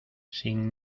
sin